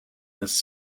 this